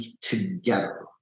together